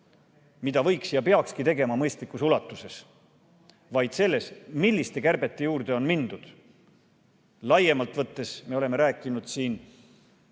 hoida võiks ja seda peakski tegema mõistlikus ulatuses –, vaid selles, milliste kärbete juurde on mindud. Laiemalt võttes, me oleme rääkinud siin